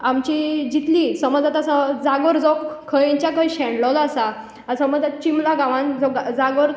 आमची जितली समज आतां जागोर जो खंयच्या खंय शेणलोलो आसा आ समज चिमला गांवान जो जागोर